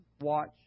watch